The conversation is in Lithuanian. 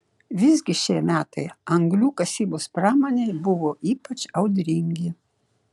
visgi šie metai anglių kasybos pramonei buvo ypač audringi